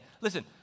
Listen